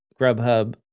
Grubhub